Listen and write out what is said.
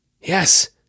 Yes